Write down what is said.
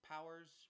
powers